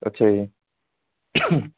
ਅੱਛਾ ਜੀ